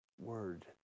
word